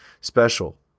special